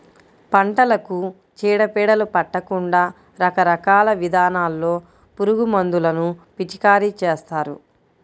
పంటలకు చీడ పీడలు పట్టకుండా రకరకాల విధానాల్లో పురుగుమందులను పిచికారీ చేస్తారు